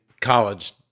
college